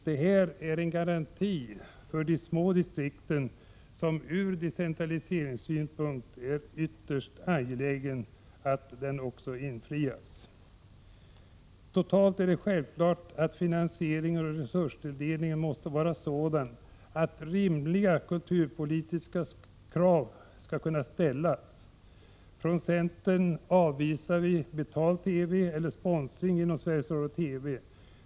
Det är en garanti för de små distrikten, och ur decentraliseringssynpunkt är det ytterst angeläget att den garantin också infrias. Totalt är det självklart att finansiering och resursfördelning måste vara sådana att rimliga kulturpolitiska krav skall kunna ställas. Från centern avvisar vi betal-TV och sponsring inom Sveriges Radio.